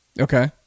Okay